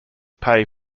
pay